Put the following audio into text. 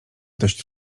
dość